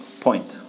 point